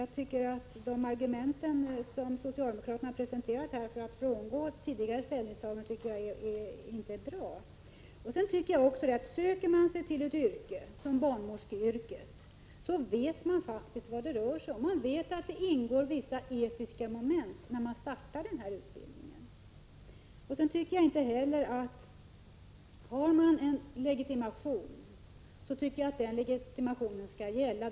Jag tycker därför att socialdemokraternas argument i detta sammanhang för att frångå tidigare ställningstaganden inte är bra. Om man söker sig till barnmorskeyrket vet man vad det rör sig om. Man vet när man påbörjar utbildningen att vissa etiska moment ingår. Har man en legitimation tycker jag att denna legitimation skall gälla.